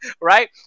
Right